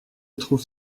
trouve